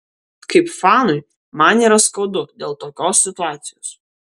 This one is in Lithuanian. kaip fanui man yra skaudu dėl tokios situacijos